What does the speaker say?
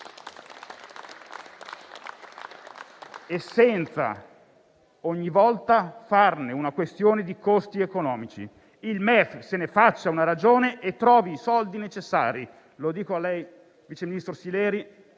e senza, ogni volta, farne una questione di costi economici. Il MEF se ne faccia una ragione e trovi i soldi necessari. Lo dico a lei, sottosegretario Sileri,